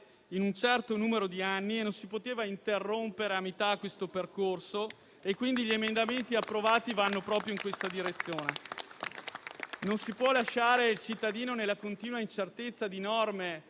in un certo numero di anni e che non si possano interrompere a metà percorso. Gli emendamenti approvati vanno dunque proprio in questa direzione. Non si può lasciare il cittadino nella continua incertezza di norme